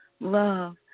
love